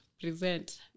present